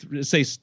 say